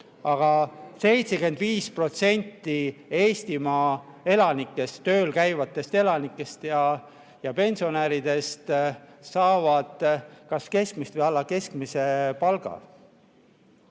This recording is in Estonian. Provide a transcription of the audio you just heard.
Aga 75% Eestimaa elanikest, tööl käivatest elanikest ja pensionäridest, saavad kas keskmist või alla keskmise palka.